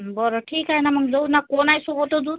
बरं ठीक आहे ना मग जाऊ ना कोण आहे सोबत अजुन